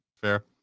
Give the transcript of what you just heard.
Fair